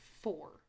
Four